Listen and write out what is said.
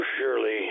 Surely